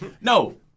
No